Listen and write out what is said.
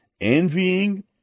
envying